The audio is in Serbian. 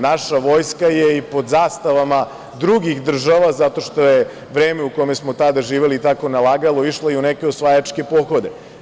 Naša Vojska je i pod zastavama drugih država, zato što je vreme u kojem smo tada živeli tako nalagalo, išlo i u neke osvajačke pohode.